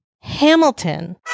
Hamilton